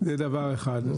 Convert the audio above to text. זה דבר אחד.